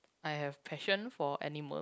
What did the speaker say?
I have passion for animal